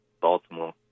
Baltimore